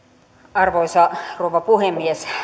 arvoisa rouva puhemies